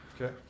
Okay